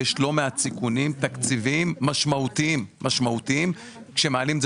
ויש לא מעט סיכונים תקציביים משמעותיים כשמעלים את זה